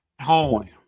home